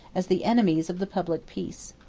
as the enemies of the public peace.